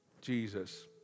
Jesus